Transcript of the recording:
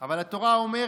אבל התורה אומרת: